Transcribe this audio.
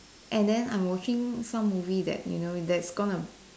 and then I'm watching some movie that you know that is gonna